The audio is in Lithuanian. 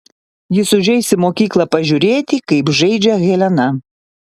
jis užeis į mokyklą pažiūrėti kaip žaidžia helena